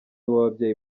w’ababyeyi